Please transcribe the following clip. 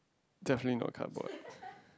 definitely not cardboard